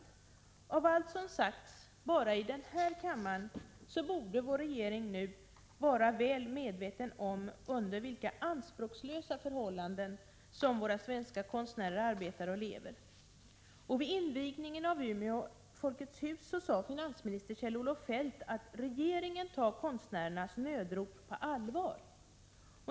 Efter allt som sagts enbart i denna kammare borde regeringen nu vara väl medveten om de anspråkslösa förhållanden som våra konstnärer lever och arbetar under. Vid invigningen av Umeå Folkets hus sade finansminister Kjell-Olof Feldt att regeringen tar konstnärernas nödrop på allvar.